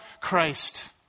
Christ